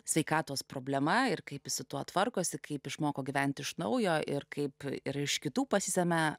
sveikatos problema ir kaip su tuo tvarkosi kaip išmoko gyventi iš naujo ir kaip ir iš kitų pasisemia